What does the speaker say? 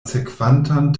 sekvantan